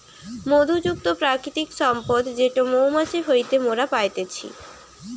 মধু যুক্ত প্রাকৃতিক সম্পদ যেটো মৌমাছি হইতে মোরা পাইতেছি